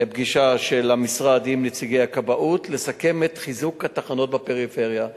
בפגישה של המשרד עם נציגי הכבאות לסכם את חיזוק התחנות בפריפריה.